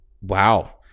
Wow